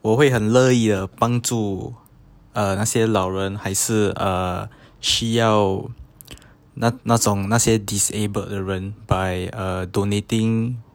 我会很乐意的帮助 （uh) 那些老人还是 uh 需要那那种那些 disable 的人 by uh donating